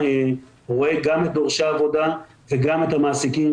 רואה גם את דורשי העבודה וגם את המעסיקים,